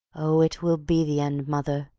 oh, it will be the end, mother,